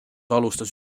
alustas